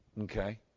Okay